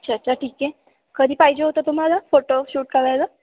अच्छा अच्छा ठीक आहे कधी पाहिजे होतं तुम्हाला फोटोशूट करायला